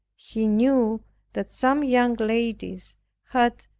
he knew that some young ladies had,